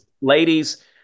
Ladies